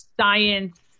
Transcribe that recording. science